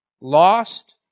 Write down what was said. lost